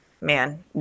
man